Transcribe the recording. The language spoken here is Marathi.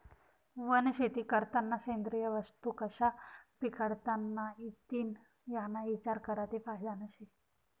वनशेती करतांना सेंद्रिय वस्तू कशा पिकाडता इतीन याना इचार करा ते फायदानं शे